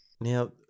Now